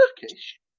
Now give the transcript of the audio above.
Turkish